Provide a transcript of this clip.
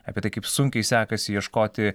apie tai kaip sunkiai sekasi ieškoti